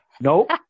Nope